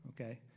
okay